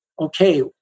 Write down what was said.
okay